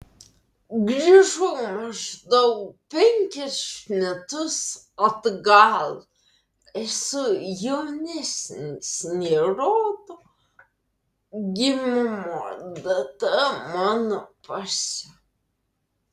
grįžau maždaug penkerius metus atgal esu jaunesnis nei rodo gimimo data mano pase